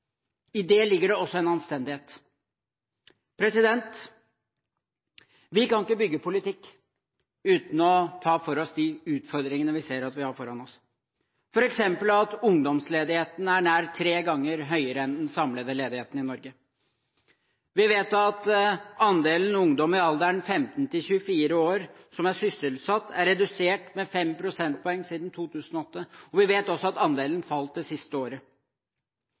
I det ligger det også en anstendighet. Vi kan ikke bygge politikk uten å ta for oss de utfordringene vi ser at vi har foran oss, f.eks. at ungdomsledigheten er nær tre ganger høyere enn den samlede ledigheten i Norge. Vi vet at andelen ungdommer i alderen 15–24 år som er sysselsatt, er redusert med 5 prosentpoeng etter 2008. Vi vet også at andelen har falt det siste året.